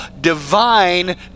divine